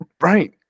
Right